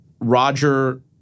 Roger